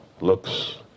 looks